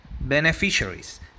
Beneficiaries